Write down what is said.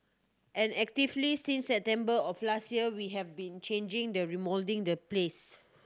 and actively since September of last year we have been changing the remoulding the place